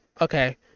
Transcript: okay